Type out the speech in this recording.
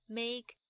make